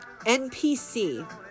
NPC